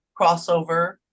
crossover